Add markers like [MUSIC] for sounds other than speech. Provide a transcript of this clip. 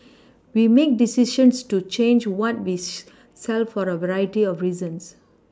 we make decisions to change what we [HESITATION] sell for a variety of reasons